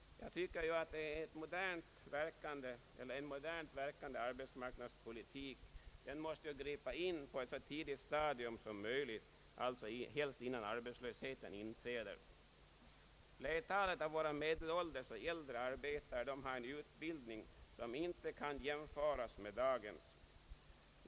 Jag tycker att en modernt verkande marknadspolitik måste gripa in på ett så ti digt stadium som möjligt, alltså helst innan arbetslösheten inträder. Flertalet av våra äldre och medelålders arbetare har en utbildning, som inte kan jämföras med dagens.